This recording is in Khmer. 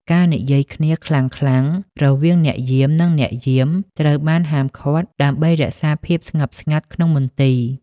ការនិយាយគ្នាខ្លាំងៗរវាងអ្នកយាម និងអ្នកយាម ត្រូវបានហាមឃាត់ដើម្បីរក្សាភាពស្ងប់ស្ងាត់ក្នុងមន្ទីរ។